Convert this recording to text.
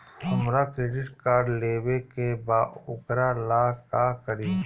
हमरा credit card लेवे के बा वोकरा ला का करी?